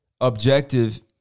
objective